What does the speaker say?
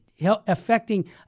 affecting